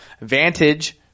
Vantage